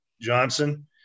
Johnson